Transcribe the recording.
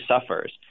suffers